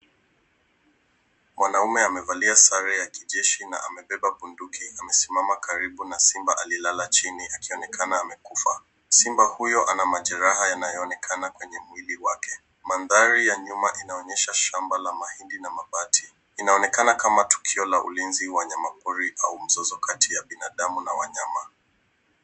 Mwanaume amevalia sare ya kijeshi na amebeba bunduki. Amesimama karibu na simba aliyelala chini akionekana amekufa. Simba huyo ana majeraha yanayoonekana kwenye mwili wake. Mandhari ya nyuma inaonyesha shamba la mahindi na mabati. Inaonekana kama tukio la ulinzi wa wanyama pori au mzozo kati ya binadamu na wanyama.